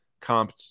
comp